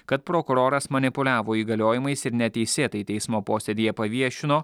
kad prokuroras manipuliavo įgaliojimais ir neteisėtai teismo posėdyje paviešino